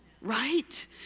right